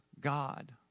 God